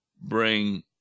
bring